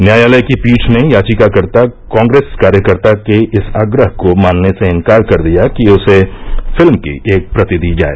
न्यायालय की पीठ ने याचिकाकर्ता कांग्रेस कार्यकर्ता के इस आग्रह को मानने से इन्कार कर दिया कि उसे फिल्म की एक प्रति दी जाए